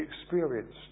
experienced